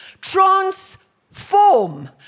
Transform